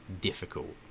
difficult